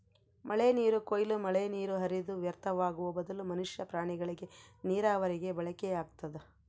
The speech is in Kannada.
ಮಳೆನೀರು ಕೊಯ್ಲು ಮಳೆನೀರು ಹರಿದು ವ್ಯರ್ಥವಾಗುವ ಬದಲು ಮನುಷ್ಯ ಪ್ರಾಣಿಗಳಿಗೆ ನೀರಾವರಿಗೆ ಬಳಕೆಯಾಗ್ತದ